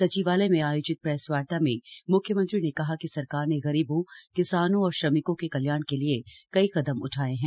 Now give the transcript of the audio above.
सचिवालय में आयोजित प्रेस वार्ता में मूख्यमंत्री ने कहा कि सरकार ने गरीबों किसानों और श्रमिकों के कल्याण के लिए कई कदम उठाए हैं